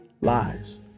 lies